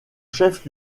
chef